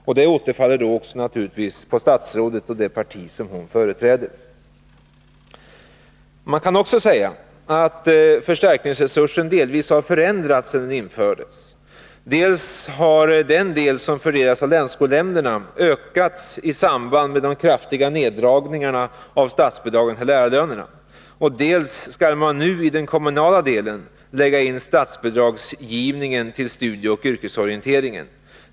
Detta återfaller naturligtvis på statsrådet och det parti som hon företräder. Man kan också säga att förstärkningsresursen delvis har förändrats sedan den infördes. Dels har den del som fördelas av länsskolnämnderna ökats i samband med de kraftiga neddragningarna av statsbidragen till lärarlönerna, dels skall man nu i den kommunala delen lägga in statsbidragsgivningen till studieoch yrkesorienteringen.